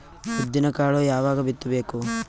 ಉದ್ದಿನಕಾಳು ಯಾವಾಗ ಬಿತ್ತು ಬೇಕು?